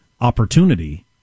opportunity